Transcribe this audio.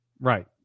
Right